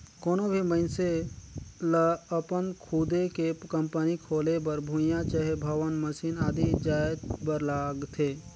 कोनो भी मइनसे लअपन खुदे के कंपनी खोले बर भुंइयां चहे भवन, मसीन आदि जाएत बर लागथे